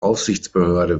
aufsichtsbehörde